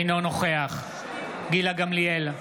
אינו נוכח גילה גמליאל,